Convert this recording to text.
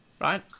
right